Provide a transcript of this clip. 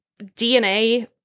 dna